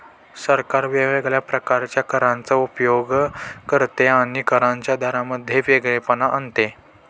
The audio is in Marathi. सरकार वेगवेगळ्या प्रकारच्या करांचा उपयोग करते आणि करांच्या दरांमध्ये वेगळेपणा आणते